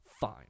fine